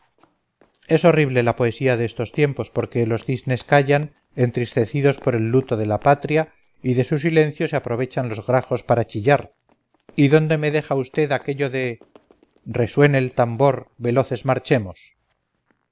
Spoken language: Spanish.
es horrible la poesía de estos tiempos porque los cisnes callan entristecidos por el luto de la patria y de su silencio se aprovechan los grajos para chillar y dónde me deja usted aquello de resuene el tambor veloces marchemos